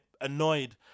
annoyed